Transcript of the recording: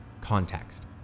Context